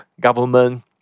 government